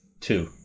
two